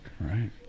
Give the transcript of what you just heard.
Right